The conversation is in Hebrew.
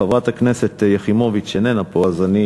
חברת הכנסת יחימוביץ איננה פה אז אני